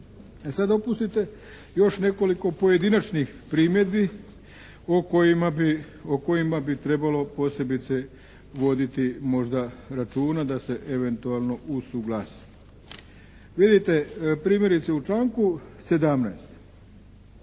sad dopustite još nekoliko pojedinačnih primjedbi o kojima bi, o kojima bi trebalo posebice voditi možda računa da se eventualno usuglasi. Vidite primjerice u članku 17.